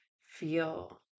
feel